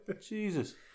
Jesus